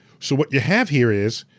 so what you have here is,